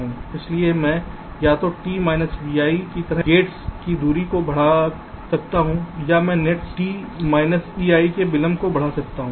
इसलिए मैं या तो t vi की तरह फाटकों की देरी को बढ़ा सकता हूं या मैं nets t ei के विलंब को बढ़ा सकता हूं